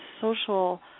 social